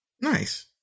Nice